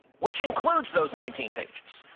which includes those nineteen pages.